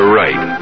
right